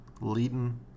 leading